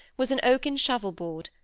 was an oaken shovel-board,